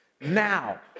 Now